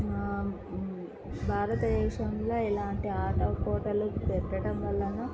భారతదేశంలో ఎలాంటి ఆటల పోటీలు పెట్టడం వలన